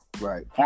right